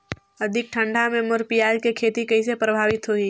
अधिक ठंडा मे मोर पियाज के खेती कइसे प्रभावित होही?